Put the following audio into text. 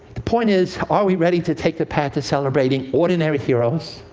the point is, are we ready to take the path to celebrating ordinary heroes,